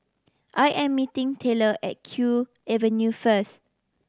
I am meeting Tayler at Kew Avenue first